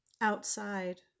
Outside